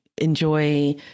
enjoy